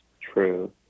true